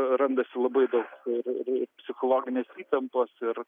randasi labai daug ir ir ir psichologinės įtampos ir